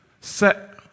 set